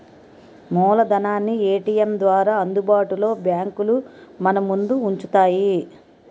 మూలధనాన్ని ఏటీఎం ద్వారా అందుబాటులో బ్యాంకులు మనముందు ఉంచుతాయి